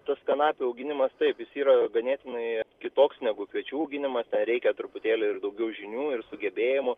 tas kanapių auginimas taip jis yra ganėtinai kitoks negu kviečių auginimas ten reikia truputėlį ir daugiau žinių ir sugebėjimų